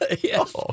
Yes